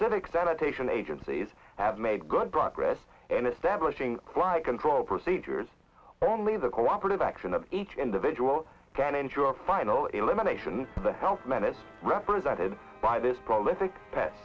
civic sanitation agencies have made good progress in establishing climate control procedures only the cooperative action of each individual can ensure final elimination of the health menace represented by this prolific pet